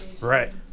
Right